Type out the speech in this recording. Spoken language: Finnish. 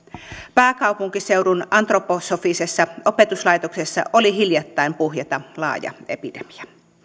pääkaupunkiseudun antroposofisessa opetuslaitoksessa oli hiljattain puhjeta laaja epidemia